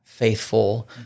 faithful